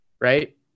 Right